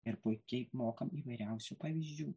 ir puikiai mokam įvairiausių pavyzdžių